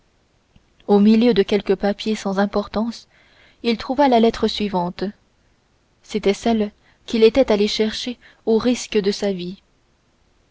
au milieu de quelques papiers sans importance il trouva la lettre suivante c'était celle qu'il était allé chercher au risque de sa vie